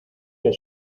que